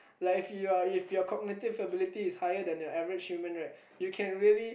like if you are if your cognitive ability is higher than your average human right you can really